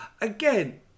again